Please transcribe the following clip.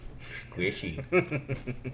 Squishy